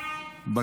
כנוסח הוועדה,